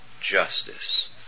justice